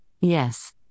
Yes